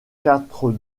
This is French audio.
quatre